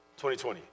2020